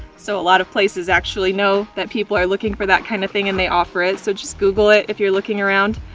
so a lot of places actually know that people are looking for that kind of thing and they offer it. so just google it if you're looking around.